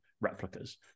replicas